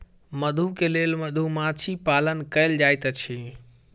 मधु के लेल मधुमाछी पालन कएल जाइत अछि